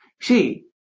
See